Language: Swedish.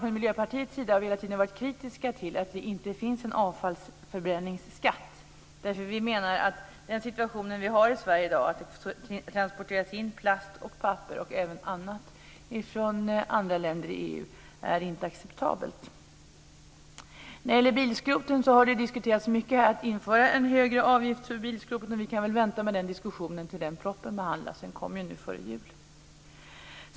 Från Miljöpartiet har vi varit kritiska till att det inte finns en avfallsförbränningsskatt. När det gäller bilskroten har det diskuterats mycket att införa en högre avgift för bilskrot, men vi kan vänta med den diskussionen tills propositionen kommer. Den kommer före jul.